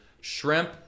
shrimp